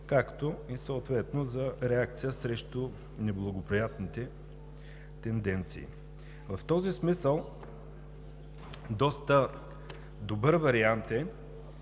както и съответно за реакция срещу неблагоприятните тенденции. В този смисъл, доста добър вариант е